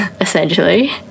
essentially